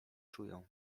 czują